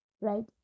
right